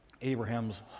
Abraham's